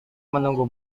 menunggu